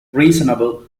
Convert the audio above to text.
reasonable